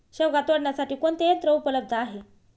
शेवगा तोडण्यासाठी कोणते यंत्र उपलब्ध आहे?